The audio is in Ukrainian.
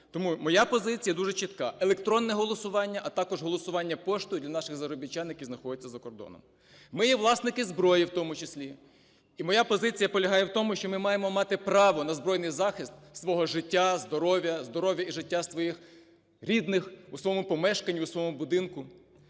Тому моя позиція уже чітка: електронне голосування, а також голосування поштою для наших заробітчан, які знаходяться за кордоном. Ми є власники зброї в тому числі. І моя позиція полягає в тому, що ми маємо мати право на збройний захист свого життя, здоров'я, здоров'я і життя своїх рідних у своєму помешканні, у своєму будинку.